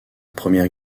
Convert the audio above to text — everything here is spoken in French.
première